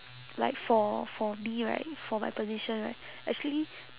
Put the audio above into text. like for for me right for my position right actually